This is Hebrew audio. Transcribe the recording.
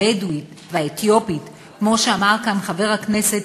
הבדואית והאתיופית, כמו שאמר כאן חבר הכנסת